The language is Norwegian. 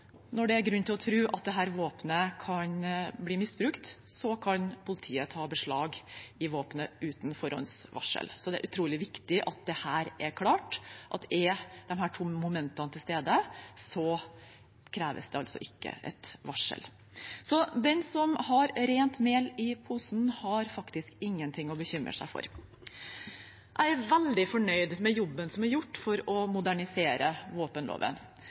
at våpenet kan bli misbrukt, kan politiet ta beslag i våpenet uten forhåndsvarsel. Det er utrolig viktig at dette er klart – er disse to momentene til stede, kreves det altså ikke et varsel. Så den som har rent mel i posen, har faktisk ingenting å bekymre seg for. Jeg er veldig fornøyd med jobben som er gjort for å modernisere våpenloven.